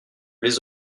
les